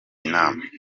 inama